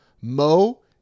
Mo